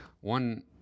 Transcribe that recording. one